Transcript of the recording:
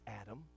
adam